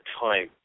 time